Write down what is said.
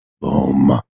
Boom